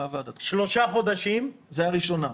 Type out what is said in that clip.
שלושה חודשים -- זו הראשונה.